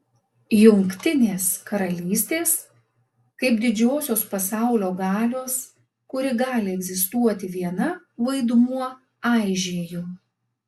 jungtinės karalystės kaip didžiosios pasaulio galios kuri gali egzistuoti viena vaidmuo aižėjo